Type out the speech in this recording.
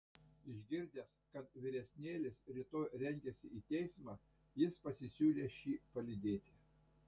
išgirdęs kad vyresnėlis rytoj rengiasi į teismą jis pasisiūlė šį palydėti